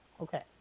Okay